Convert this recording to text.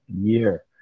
year